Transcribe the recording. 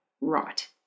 right